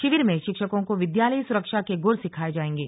शिविर में शिक्षकों को विद्यालयी सुरक्षा के गुर सिखाए जाएंगे